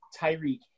Tyreek